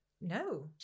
no